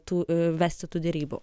tų vesti tų derybų